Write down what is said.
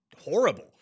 horrible